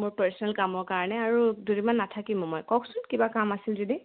মোৰ পাৰ্চনেল কামৰ কাৰণে আৰু দুদিনমান নাথাকিমো মই কওকচোন কিবা কাম আছিল যদি